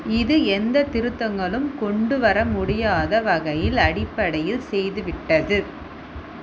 இது எந்த திருத்தங்களும் கொண்டு வர முடியாத வகையில் அடிப்படையில் செய்து விட்டது